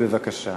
בבקשה.